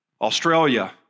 Australia